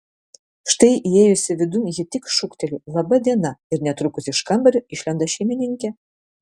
štai įėjusi vidun ji tik šūkteli laba diena ir netrukus iš kambario išlenda šeimininkė